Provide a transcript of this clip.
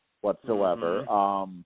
whatsoever